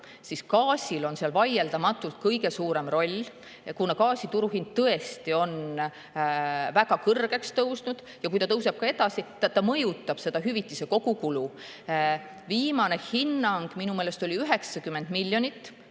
siis gaasil on seal vaieldamatult kõige suurem roll. Kuna gaasi turuhind on tõesti väga kõrgeks tõusnud ja kui ta tõuseb ka edasi, siis ta mõjutab seda hüvitise kogukulu. Viimane hinnang minu meelest oli 90 miljonit